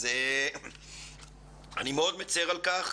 אז אני מאוד מצר על כך,